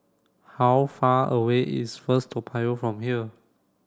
how far away is First Toa Payoh from here